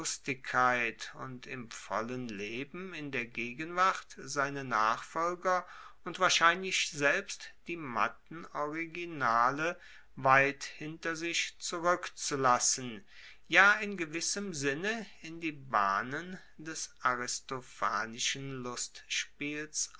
und im vollen leben in der gegenwart seine nachfolger und wahrscheinlich selbst die matten originale weit hinter sich zurueckzulassen ja in gewissem sinne in die bahnen des aristophanischen lustspiels